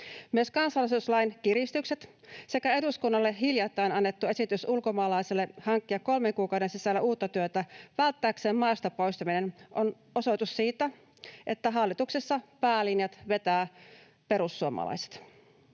Myös kansalaisuuslain kiristykset sekä eduskunnalle hiljattain annettu esitys ulkomaalaiselle hankkia kolmen kuukauden sisällä uutta työtä välttääkseen maasta poistaminen on osoitus siitä, että hallituksessa perussuomalaiset